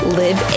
live